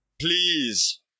please